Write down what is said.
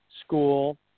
school